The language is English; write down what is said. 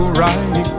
right